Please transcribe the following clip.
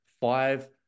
five